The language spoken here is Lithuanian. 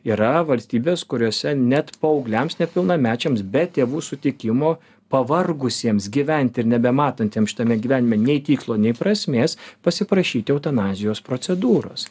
yra valstybės kuriose net paaugliams nepilnamečiams be tėvų sutikimo pavargusiems gyventi ir nebematantiems šitame gyvenime nei tikslo nei prasmės pasiprašyti eutanazijos procedūros